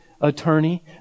attorney